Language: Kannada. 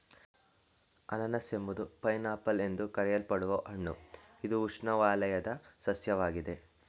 ಅನನಾಸು ಎಂಬುದು ಪೈನ್ ಆಪಲ್ ಎಂದು ಕರೆಯಲ್ಪಡುವ ಹಣ್ಣು ಇದು ಉಷ್ಣವಲಯದ ಸಸ್ಯವಾಗಿದೆ